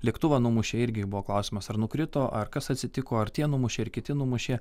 lėktuvą numušė irgi buvo klausimas ar nukrito ar kas atsitiko ar tie numušė ar kiti numušė